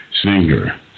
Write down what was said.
singer